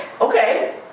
Okay